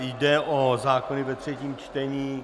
Jde o zákony ve třetím čtení.